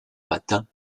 matin